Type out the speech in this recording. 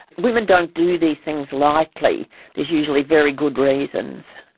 women don't do these things lightly there's usually very good reasons.